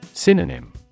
Synonym